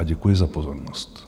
Děkuji za pozornost.